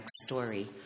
story